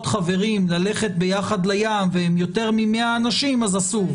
חברים ללכת ביחד לים והם יותר מ-100 אנשים אז אסור,